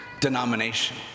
denomination